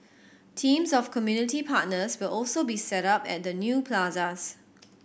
teams of community partners will also be set up at the new plazas